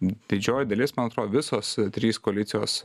didžioji dalis man atrodo visos trys koalicijos